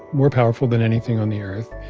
more powerful than anything on the earth,